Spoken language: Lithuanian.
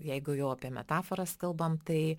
jeigu jau apie metaforas kalbam tai